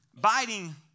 biting